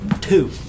Two